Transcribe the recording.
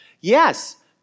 Yes